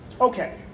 Okay